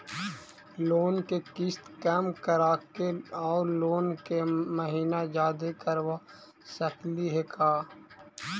Loan के किस्त कम कराके औ लोन के महिना जादे करबा सकली हे का?